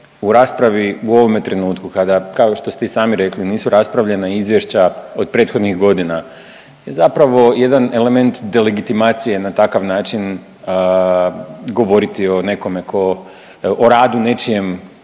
u raspravi u ovome trenutku kada kao što ste i sami rekli nisu raspravljena izvješća od prethodnih godina i zapravo jedan element delegitimacije na takav način govoriti o nekome